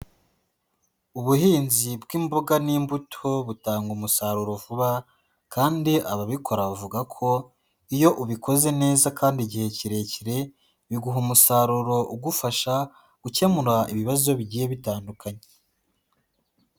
Ubuhinzi bw'imboga n'imbuto butanga umusaruro vuba kandi ababikora bavuga ko iyo ubikoze neza kandi igihe kirekire biguha umusaruro ugufasha gukemura ibibazo bigiye bitandukanye.